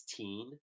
16